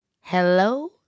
Hello